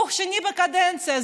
הוא שני בקדנציה.